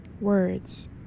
Words